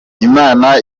imana